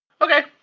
Okay